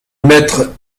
maîtres